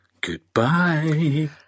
Goodbye